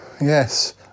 Yes